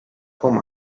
con